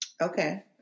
Okay